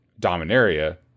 Dominaria